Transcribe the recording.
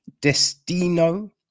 Destino